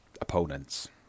opponents